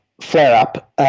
flare-up